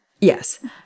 Yes